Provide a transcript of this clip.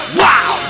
wow